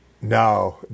No